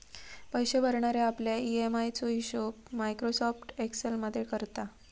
पैशे भरणारे आपल्या ई.एम.आय चो हिशोब मायक्रोसॉफ्ट एक्सेल मध्ये करता